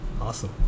awesome